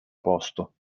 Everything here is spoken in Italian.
posto